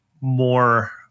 more